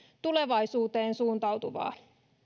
tulevaisuuteen suuntautuvaa